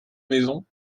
maison